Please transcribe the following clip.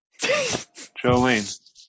jolene